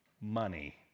money